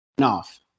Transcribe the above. Off